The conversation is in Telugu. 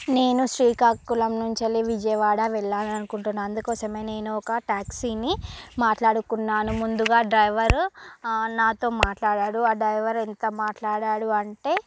నేను శ్రీకాకుళం నుంచి వెళ్ళి విజయవాడ వెళ్ళాలనుకుంటున్నాను అందుకోసమే నేను ఒక ట్యాక్సీని మాట్లాడుకున్నాను ముందుగా డ్రైవరు నాతో మాట్లాడాడు ఆ డ్రైవర్ ఎంత మాట్లాడాడు అంటే